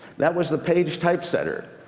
that was the paige typesetter.